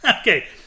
Okay